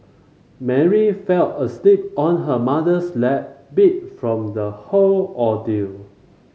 Mary fell asleep on her mother's lap beat from the whole ordeal